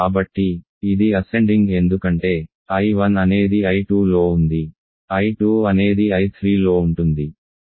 కాబట్టి ఇది అసెండింగ్ ఎందుకంటే I1 అనేది I2లో ఉంది I2 అనేది I3లో ఉంటుంది